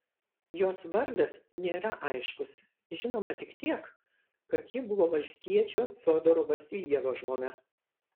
jos vardas nėra aiškus žinoma tik tiek kad ji buvo valstiečio fiodoro vasiljevo žmona